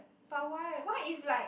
but why why if like